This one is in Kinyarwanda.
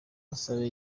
musabe